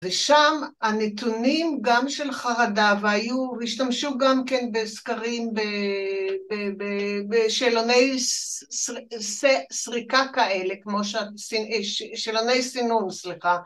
ושם הנתונים גם של חרדה והיו, השתמשו גם כן בסקרים בשאלוני שריקה כאלה, כמו שאלוני סינון, סליחה